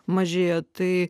mažėja tai